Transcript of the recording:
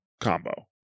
combo